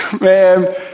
man